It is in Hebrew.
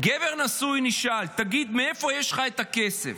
גבר נשוי נשאל: תגיד, מאיפה יש לך כסף?